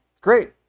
Great